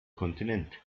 kontinent